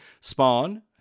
spawn